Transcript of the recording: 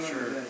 Sure